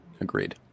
Agreed